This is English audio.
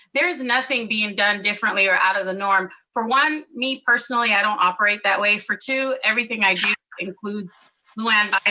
there is nothing being done differently, or out of the norm. for one, me personally, i don't operate that way. for two, everything i do includes lou anne bynum,